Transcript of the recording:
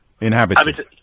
inhabited